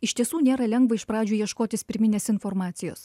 iš tiesų nėra lengva iš pradžių ieškotis pirminės informacijos